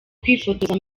kwifotoza